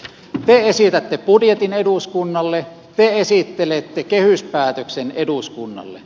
te esitätte budjetin eduskunnalle te esittelette kehyspäätöksen eduskunnalle